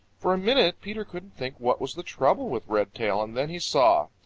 for a minute peter couldn't think what was the trouble with redtail, and then he saw.